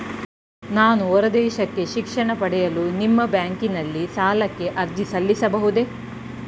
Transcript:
ನಾನು ಹೊರದೇಶಕ್ಕೆ ಶಿಕ್ಷಣ ಪಡೆಯಲು ನಿಮ್ಮ ಬ್ಯಾಂಕಿನಲ್ಲಿ ಸಾಲಕ್ಕೆ ಅರ್ಜಿ ಸಲ್ಲಿಸಬಹುದೇ?